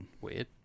Weird